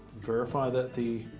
verify that the